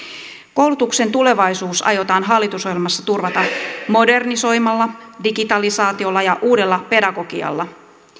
koulutuksen tulevaisuus aiotaan hallitusohjelmassa turvata modernisoimalla digitalisaatiolla ja uudella pedagogialla